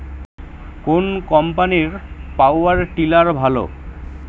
কোন কম্পানির power tiller ভালো?